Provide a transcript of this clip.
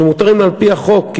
שמותרים על-פי החוק,